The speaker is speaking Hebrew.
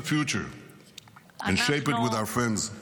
future and shape it with our friends.